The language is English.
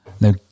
Now